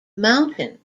mountain